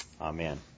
Amen